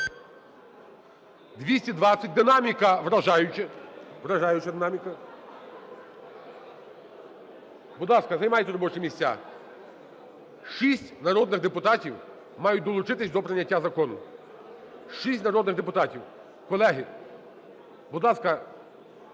вражаюча, вражаюча динаміка. Будь ласка, займайте робочі місця. Шість народних депутатів мають долучитися до прийняття закону, шість народних депутатів. Колеги, будь ласка,